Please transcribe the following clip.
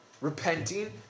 repenting